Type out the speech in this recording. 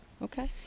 Okay